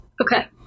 Okay